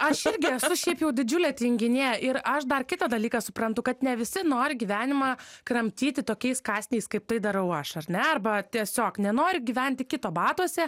aš irgi esu šiaip jau didžiulė tinginė ir aš dar kitą dalyką suprantu kad ne visi nori gyvenimą kramtyti tokiais kąsniais kaip tai darau aš ar ne arba tiesiog nenori gyventi kito batuose